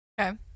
Okay